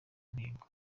ntego